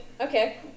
Okay